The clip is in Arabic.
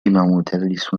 مدرس